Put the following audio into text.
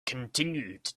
continued